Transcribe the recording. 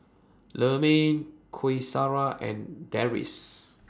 Leman Qaisara and Deris